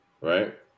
right